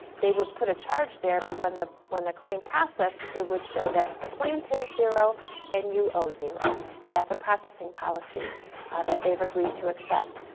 they would put a charge there but when the when the claim processed, it would show that the plan pays zero and you owe zero, and that's a processing policy that they've agreed to accept.